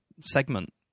segment